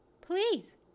please